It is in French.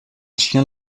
chien